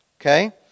okay